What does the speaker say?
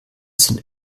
sind